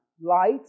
Light